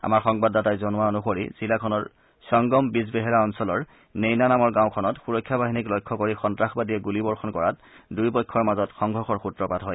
আমাৰ সংবাদদাতাই জনোৱা অনুসৰি জিলাখনৰ সংগম বীজবেহেৰা অঞ্চলৰ নেইনা নামৰ গাঁৱখনত সুৰক্ষা বাহিনীক লক্ষ্য কৰি সন্ত্ৰাসবাদীয়ে গুলীবৰ্ষণ কৰাত দুয়ো পক্ষৰ মাজত সংঘৰ্ষৰ সুত্ৰপাত হয়